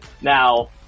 Now